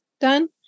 done